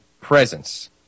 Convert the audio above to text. presence